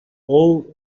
all